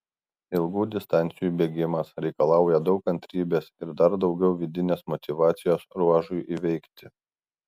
ilgų distancijų bėgimas reikalauja daug kantrybės ir dar daugiau vidinės motyvacijos ruožui įveikti